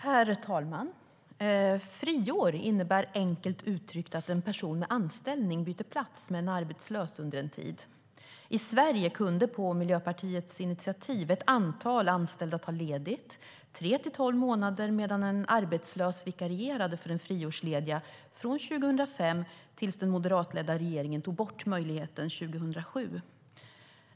Herr talman! Friår innebär enkelt uttryckt att en person med anställning byter plats med en arbetslös under en tid. I Sverige kunde på Miljöpartiets initiativ ett antal anställda ta ledigt tre till tolv månader medan en arbetslös vikarierade för den friårslediga från 2005 tills den moderatledda regeringen tog bort möjligheten 2007.